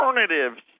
alternatives